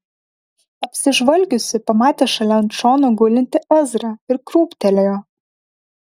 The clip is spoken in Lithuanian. apsižvalgiusi pamatė šalia ant šono gulintį ezrą ir krūptelėjo